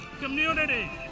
community